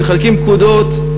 מחלקים פקודות,